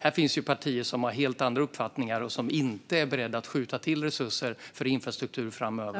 Här finns partier som har helt andra uppfattningar och som inte är beredda att skjuta till resurser för infrastruktur framöver.